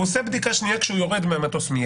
הוא עושה בדיקה שנייה מיד כשהוא יורד מהמטוס.